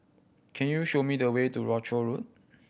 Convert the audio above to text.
can you show me the way to Rochor Road